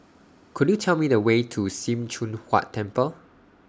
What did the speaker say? Could YOU Tell Me The Way to SIM Choon Huat Temple